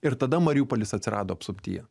ir tada mariupolis atsirado apsuptyje